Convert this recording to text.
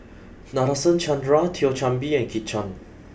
Nadasen Chandra Thio Chan Bee and Kit Chan